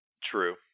True